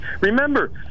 remember